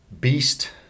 Beast